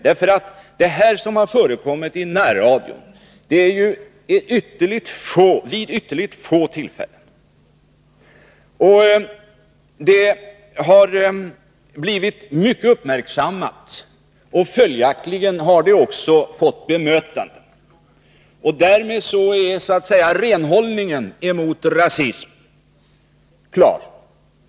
Det övertramp som förekommit i närradion inskränker sig till ytterligt få tillfällen. Det har blivit mycket uppmärksammat, och följaktligen har det också fått bemötande. Därmed är så att säga renhållningen när det gäller rasism klar.